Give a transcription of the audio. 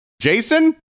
Jason